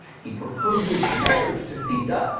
he proposes marriage to sita,